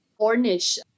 Ornish